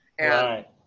right